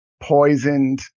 poisoned